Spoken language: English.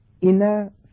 inner